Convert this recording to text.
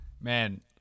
man